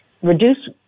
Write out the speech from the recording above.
reduce